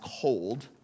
cold